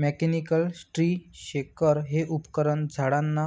mechanical tree shaker हे उपकरण झाडांना